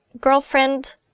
girlfriend